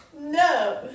No